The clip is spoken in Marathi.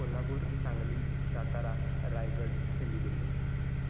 कोल्हापूर सांगली सातारा रायगड सिंधुदूर्ग